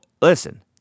listen